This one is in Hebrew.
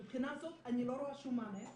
מהבחינה הזאת אני לא רואה שום מענה.